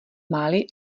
malý